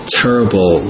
terrible